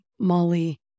Molly